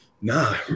Nah